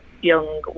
young